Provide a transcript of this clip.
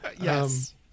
Yes